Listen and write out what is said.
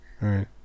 Right